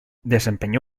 desempeñó